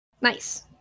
nice